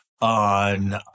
on